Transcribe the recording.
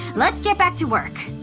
let's get back to work!